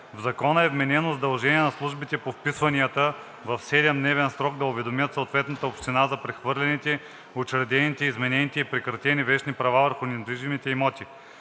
В Закона е вменено задължение на службите по вписванията в 7-дневен срок да уведомяват съответната община за прехвърлените, учредените, изменените или прекратените вещни права върху недвижимите имоти.